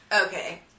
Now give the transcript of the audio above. okay